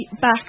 back